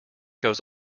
goes